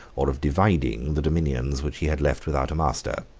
or of dividing, the dominions which he had left without a master.